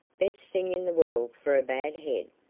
best thing in the world for a bad head.